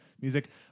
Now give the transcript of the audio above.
music